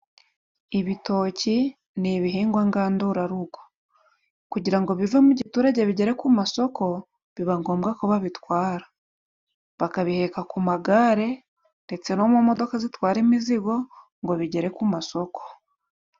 Ibitoki ni ibihingwa ngandurarugo, kugira ngo bive mu giturage bigere ku masoko biba ngombwa ko ba bitwara, bakabiheka ku magare, ndetse no mu modoka zitwara imizigo, ngo bigere ku masoko.